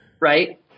Right